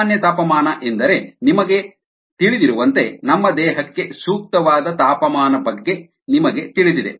ಸಾಮಾನ್ಯ ತಾಪಮಾನ ಎಂದರೆ ನಮಗೆ ತಿಳಿದಿರುವಂತೆ ನಮ್ಮ ದೇಹಕ್ಕೆ ಸೂಕ್ತವಾದ ತಾಪಮಾನ ಬಗ್ಗೆ ನಿಮಗೆ ತಿಳಿದಿದೆ